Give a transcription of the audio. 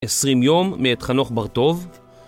20 יום מאת חנוך בר-טוב